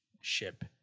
ship